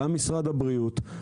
גם משרד הבריאות,